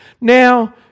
Now